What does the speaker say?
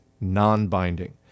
non-binding